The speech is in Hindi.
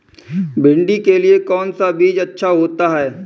भिंडी के लिए कौन सा बीज अच्छा होता है?